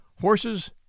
horses